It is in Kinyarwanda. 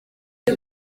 mba